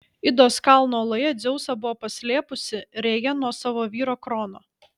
idos kalno oloje dzeusą buvo paslėpusi rėja nuo savo vyro krono